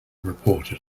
reported